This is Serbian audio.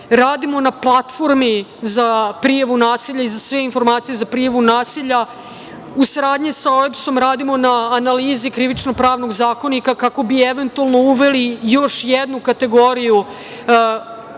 na platformi za prijavu nasilja i za sve informacije za prijavu nasilja. U saradnji sa OEBS-om radimo na analizi Krivično-pravnog zakonika kako bi eventualno uveli još jednu kategoriju